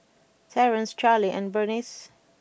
Terance Carlie and Bernice